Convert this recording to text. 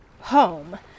home